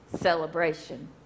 celebration